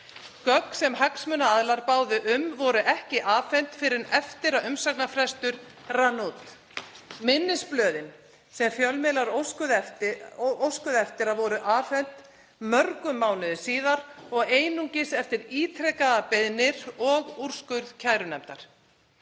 Gögn sem hagsmunaaðilar báðu um voru ekki afhent fyrr en eftir að umsagnarfrestur rann út. Minnisblöðin sem fjölmiðlar óskuðu eftir voru afhent mörgum mánuðum síðar og einungis eftir ítrekaðar beiðnir og úrskurð kærunefndar.